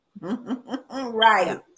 Right